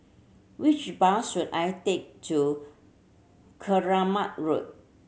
which bus should I take to Keramat Road